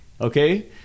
okay